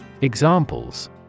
Examples